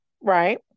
Right